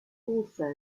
also